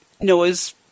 Noah's